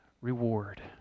reward